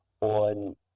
on